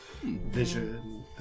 vision